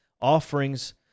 offerings